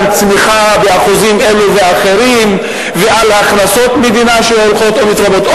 על צמיחה באחוזים אלו ואחרים ועל הכנסות מדינה שהולכות ומתרבות.